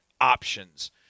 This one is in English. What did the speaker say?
options